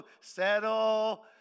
settle